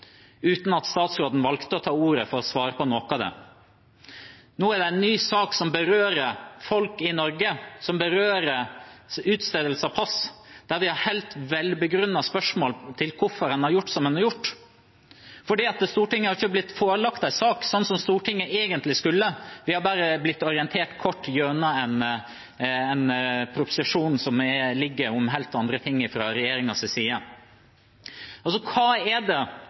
uten at statsråden valgte å ta ordet for å svare på noen av dem. Nå er det en ny sak som berører folk i Norge, om utstedelse av pass, der vi har helt velbegrunnede spørsmål om hvorfor en har gjort som en har gjort. For Stortinget har ikke blitt forelagt en sak sånn som Stortinget egentlig skulle – vi har bare blitt orientert kort gjennom en proposisjon fra regjeringen om helt andre ting. Når det f.eks. gjelder feil og mangler, og de 30 000 passene som ble nevnt: Er det